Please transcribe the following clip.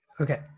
okay